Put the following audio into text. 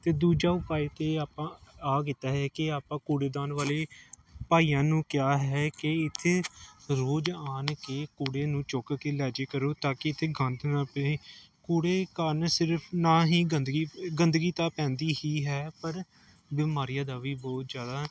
ਅਤੇ ਦੂਜਾ ਉਪਾਅ ਕਿ ਆਪਾਂ ਆਹ ਕੀਤਾ ਹੈ ਕਿ ਆਪਾਂ ਕੂੜੇਦਾਨ ਵਾਲੇ ਭਾਈਆਂ ਨੂੰ ਕਿਹਾ ਹੈ ਕਿ ਇੱਥੇ ਰੋਜ ਆਣ ਕੇ ਕੂੜੇ ਨੂੰ ਚੁੱਕ ਕੇ ਲੈ ਜੇ ਕਰੋ ਤਾਂ ਕਿ ਇੱਥੇ ਗੰਦ ਨਾ ਪਏ ਕੂੜੇ ਕਾਰਨ ਸਿਰਫ ਨਾ ਹੀ ਗੰਦਗੀ ਗੰਦਗੀ ਤਾਂ ਪੈਂਦੀ ਹੀ ਹੈ ਪਰ ਬਿਮਾਰੀਆਂ ਦਾ ਵੀ ਬਹੁਤ ਜ਼ਿਆਦਾ